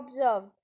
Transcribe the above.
observed